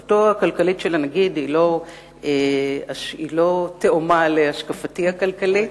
השקפת עולמו הכלכלית של הנגיד היא לא תאומה להשקפתי שלי,